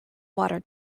water